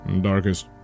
darkest